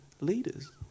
leaders